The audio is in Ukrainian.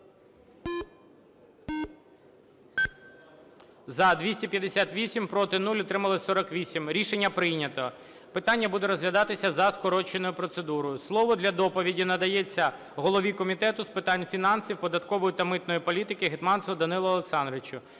За – 253, проти – 0, утрималось – 37. Дякую. Рішення прийнято. Переходимо до розгляду питань за скороченою процедурою. Слово для доповіді надається голові Комітету з питань фінансів, податкової та митної політики Гетманцеву Данилу Олександровичу.